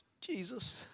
Jesus